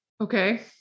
Okay